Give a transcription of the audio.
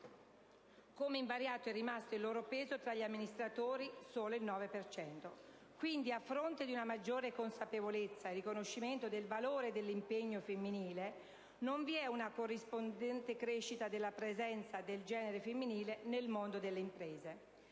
come invariato è rimasto il loro peso tra gli amministratori, solo il 9 per cento. Quindi, a fronte di una maggiore consapevolezza e riconoscimento del valore dell'impegno femminile, non vi è una corrispondente crescita della presenza del genere femminile nel mondo delle imprese.